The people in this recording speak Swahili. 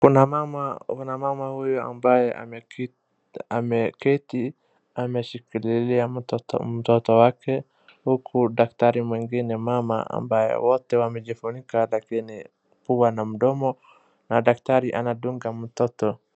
Kuna mama, kuna mama huyu ambaye ameketi ameshikililia mtoto wake, huku daktari mwingine mama ambaye wote wamejifunika lakini pua na mdomo na daktari anadunga mtoto.